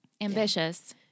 Ambitious